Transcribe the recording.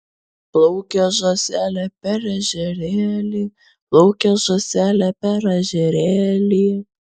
plaukė žąselė per ežerėlį plaukė žąselė per ežerėlį